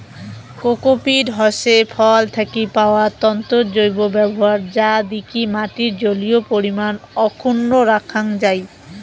cocopeat হসে ফল থাকি পাওয়া তন্তুর জৈব ব্যবহার যা দিকি মাটির জলীয় পরিমান অক্ষুন্ন রাখাং যাই